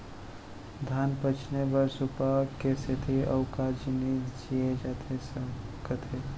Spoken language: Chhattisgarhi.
धान पछिने बर सुपा के सेती अऊ का जिनिस लिए जाथे सकत हे?